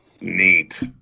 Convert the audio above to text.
Neat